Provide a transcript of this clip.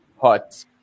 hot